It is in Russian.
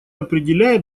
определяет